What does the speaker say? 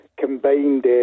Combined